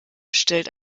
stellt